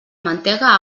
mantega